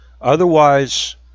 Otherwise